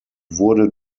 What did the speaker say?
wurde